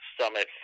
summit